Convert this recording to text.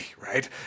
right